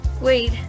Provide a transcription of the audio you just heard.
Wait